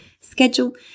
schedule